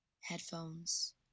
Headphones